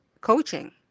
coaching